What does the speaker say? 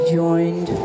joined